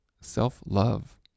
self-love